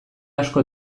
asko